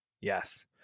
Yes